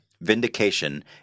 vindication